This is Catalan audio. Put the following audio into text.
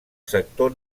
sector